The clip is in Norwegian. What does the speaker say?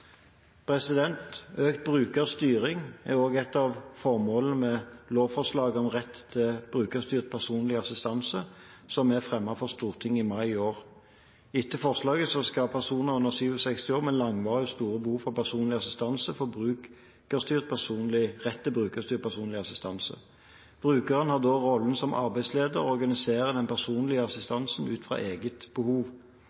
Økt brukerstyring er også et av formålene med lovforslaget om rett til brukerstyrt personlig assistanse, som vi fremmet for Stortinget i mai i år. Etter forslaget skal personer under 67 år med langvarige og store behov for personlig assistanse få rett til brukerstyrt personlig assistanse. Brukeren har da rollen som arbeidsleder, og organiserer den personlige